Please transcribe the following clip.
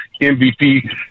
MVP